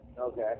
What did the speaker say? Okay